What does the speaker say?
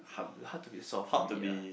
hard hard to be solve for me ah